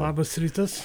labas rytas